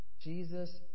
Jesus